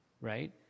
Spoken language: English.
right